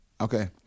Okay